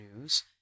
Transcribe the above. news